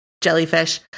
jellyfish